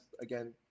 again